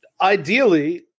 ideally